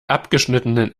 abgeschnittenen